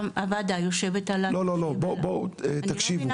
והוועדה יושבת על ה- -- לא, לא, לא, תקשיבו.